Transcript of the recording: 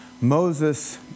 Moses